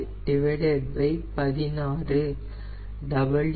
000222216 0